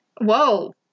Whoa